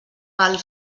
pel